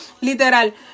literal